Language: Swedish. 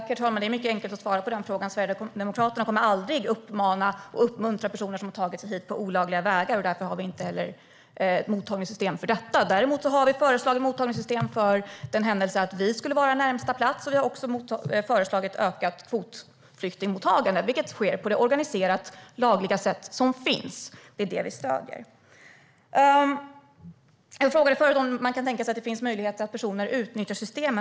Herr talman! Det är mycket enkelt att svara på den frågan. Sverigedemokraterna kommer aldrig att uppmana personer att ta sig hit på olagliga vägar eller uppmuntra dem som har gjort det. Därför har vi inte heller ett mottagningssystem för det. Däremot har vi föreslagit mottagningssystem för den händelse att vi skulle vara närmaste plats. Vi har också föreslagit ökat kvotflyktingmottagande, vilket sker på det organiserade och lagliga sätt som finns. Det är det vi stöder. Jag frågade förut om man kan tänka sig att det finns möjlighet att personer utnyttjar systemen.